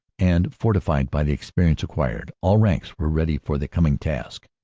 and fortified by the experience acquired, all ranks were ready for the coming task.